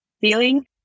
feeling